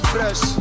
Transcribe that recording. Fresh